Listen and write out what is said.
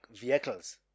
vehicles